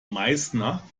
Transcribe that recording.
meißner